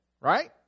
right